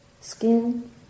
skin